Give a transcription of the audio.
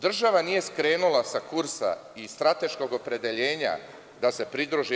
Država nije skrenula sa kursa i strateškog opredeljenja da se pridruži EU.